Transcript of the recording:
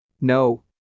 no